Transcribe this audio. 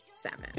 Seven